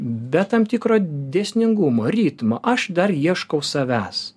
be tam tikro dėsningumo ritmo aš dar ieškau savęs